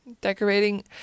decorating